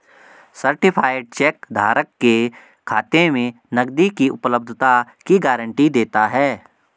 certified check धारक के खाते में नकदी की उपलब्धता की गारंटी देता है